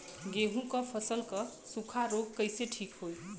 गेहूँक फसल क सूखा ऱोग कईसे ठीक होई?